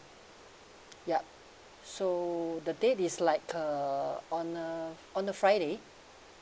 yup so the date is like uh on uh on a friday